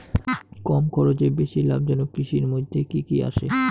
কম খরচে বেশি লাভজনক কৃষির মইধ্যে কি কি আসে?